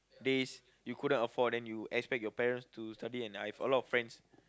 days you couldn't afford then you expect your parents to study and i've a lot friends